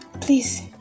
Please